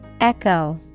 Echo